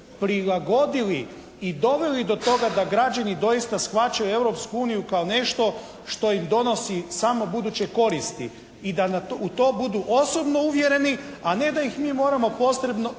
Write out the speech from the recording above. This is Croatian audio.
prilagodili i doveli do toga da građani doista shvaćaju Europsku uniju kao nešto što im donosi samo buduće koristi. I da u to budu osobno uvjereni, a ne da ih mi moramo posredno